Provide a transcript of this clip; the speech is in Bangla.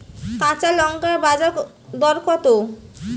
কাঁচা লঙ্কার বাজার দর কত?